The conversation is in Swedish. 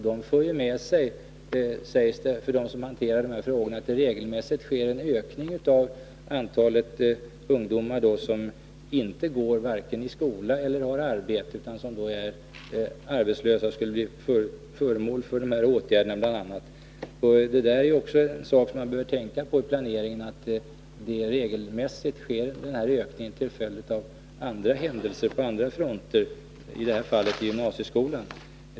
De för med sig, sägs det, att det regelmässigt sker en ökning av antalet ungdomar som inte vare sig går i skola eller har arbete utan som är arbetslösa och bl.a. skulle bli föremål för dessa åtgärder. Vid planeringen behöver man tänka på att det regelmässigt sker en ökning till följd av andra händelser på andra fronter — i det här fallet i gymnasieskolan.